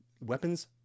weapons